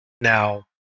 Now